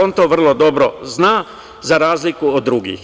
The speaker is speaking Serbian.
On to vrlo dobro zna, za razliku od drugih.